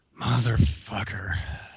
Motherfucker